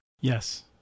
Yes